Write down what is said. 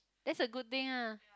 that's a good thing ah